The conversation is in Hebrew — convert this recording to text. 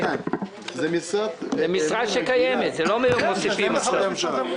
זאת משרה שקיימת, לא מוסיפים עכשיו.